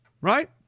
Right